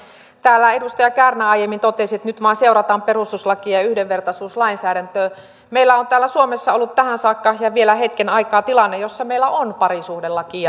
täällä edustaja kärnä aiemmin totesi että nyt vain seurataan perustuslakia ja yhdenvertaisuuslainsäädäntöä meillä on täällä suomessa ollut tähän saakka ja vielä hetken aikaa tilanne jossa meillä on parisuhdelaki